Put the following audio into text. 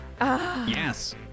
Yes